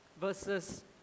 versus